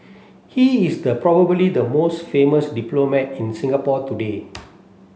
he is the probably the most famous diplomat in Singapore today